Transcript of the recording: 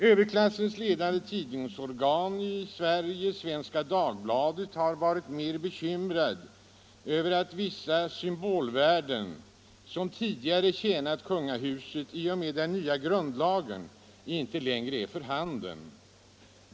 Överklassens ledande tidningsorgan — Svenska Dagbladet — har varit mer än bekymrat över att vissa symbolvärden, som tidigare tjänat kungahuset, i och med den nya grundlagen inte längre är för handen.